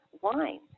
wine